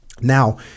now